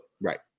right